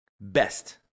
best